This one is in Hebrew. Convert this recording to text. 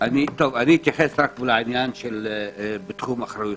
אתייחס רק לעניין בתחום אחריותך.